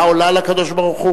העולה עולה לקדוש-ברוך-הוא,